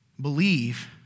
believe